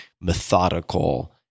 methodical